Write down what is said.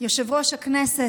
יושב-ראש הכנסת,